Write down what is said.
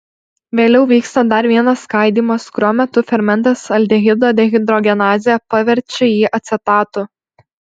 vėliau vyksta dar vienas skaidymas kurio metu fermentas aldehido dehidrogenazė paverčia jį acetatu